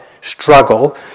struggle